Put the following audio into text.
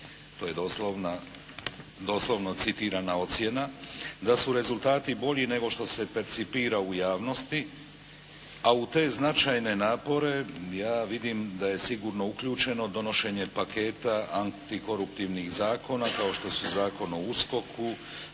to je doslovno citirana ocjena, da su rezultati bolji nego što se percipira u javnosti, a u te značajne napore ja vidim da je sigurno uključeno donošenje paketa antikoruptivnih zakona kao što su Zakon o USKOK-u,